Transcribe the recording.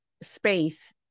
space